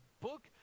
book